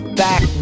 back